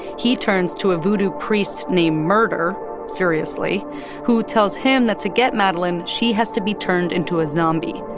he turns to a voodoo priest named murder seriously who tells him that to get madeline, she has to be turned into a zombie.